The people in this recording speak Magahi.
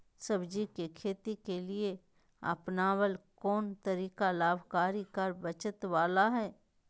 सब्जी के खेती के लिए अपनाबल कोन तरीका लाभकारी कर बचत बाला है?